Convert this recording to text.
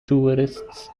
tourists